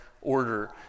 order